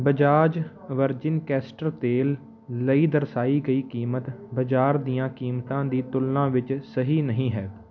Bajaj virgin castor ਤੇਲ ਲਈ ਦਰਸਾਈ ਗਈ ਕੀਮਤ ਬਾਜ਼ਾਰ ਦੀਆਂ ਕੀਮਤਾਂ ਦੀ ਤੁਲਨਾ ਵਿੱਚ ਸਹੀ ਨਹੀਂ ਹੈ